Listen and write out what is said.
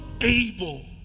able